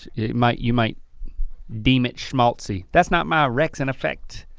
you might you might deem it schmaltzy. that's not my recs in effect.